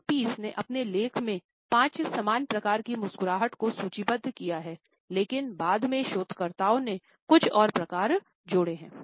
Elon Pease ने अपने लेखन में 5 सामान्य प्रकार की मुस्कुराहट को सूचीबद्ध किया है लेकिन बाद में शोधकर्ताओं ने कुछ और प्रकार जोड़े